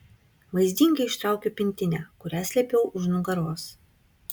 vaizdingai ištraukiu pintinę kurią slėpiau už nugaros